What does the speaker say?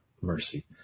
mercy